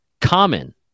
Common